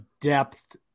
depth